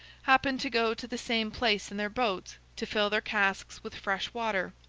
happened to go to the same place in their boats to fill their casks with fresh water.